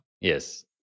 Yes